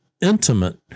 intimate